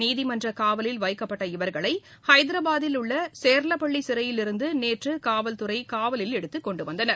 நீதிமன்றக் காவலில் வைக்கப்பட்ட இவர்களை ஐதராபாதில் உள்ள சேர்லபள்ளி சிறையிலிருந்து நேற்று காவல்துறை காவலில் எடுத்துக் கொண்டுவந்தனர்